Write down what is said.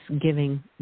giving